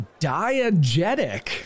diegetic